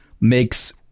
makes